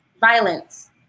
Violence